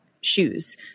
shoes